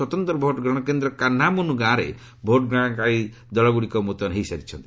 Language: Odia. ସ୍ୱତନ୍ତ୍ର ଭୋଟ୍ଗ୍ରହଣ କେନ୍ଦ୍ର କାହ୍ନାମୁନ୍ ଗାଁରେ ଭୋଟ୍ଗ୍ରହଣକାରୀ ଦଳଗୁଡ଼ିକ ମୁତୟନ ହୋଇସାରିଛନ୍ତି